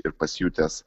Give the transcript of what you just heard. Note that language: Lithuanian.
ir pasijutęs